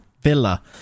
Villa